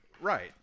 Right